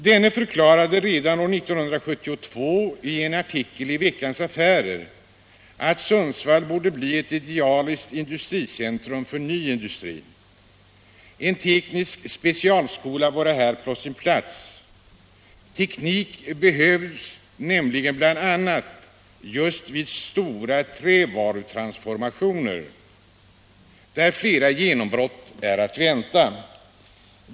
Block förklarade redan år 1972 i en artikel i Veckans Affärer att Sundsvall borde bli ett idealiskt centrum för ny industri. En teknisk specialskola vore här på sin plats. Teknik behövs bl.a. just vid stora trävarutransformationer, där flera genombrott är att vänta.